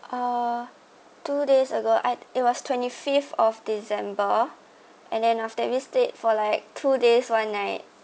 uh two days ago I it was twenty fifth of december and then after that we stayed for like two days one night